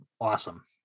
awesome